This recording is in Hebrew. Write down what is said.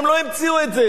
הם לא המציאו את זה,